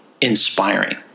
inspiring